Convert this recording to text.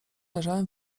leżałem